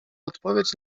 odpowiedź